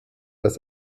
das